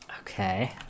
Okay